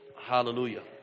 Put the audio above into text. Hallelujah